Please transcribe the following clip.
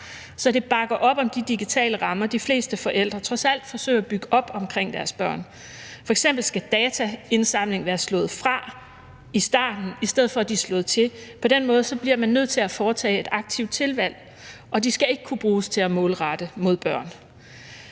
så det bakker op om de digitale rammer, de fleste forældre trods alt forsøger at bygge op omkring deres børn, f.eks. skal dataindsamling være slået fra i starten, i stedet for at det er slået til. På den måde bliver man nødt til at foretage et aktivt tilvalg. Og de skal ikke kunne bruges til at målrette mod børn.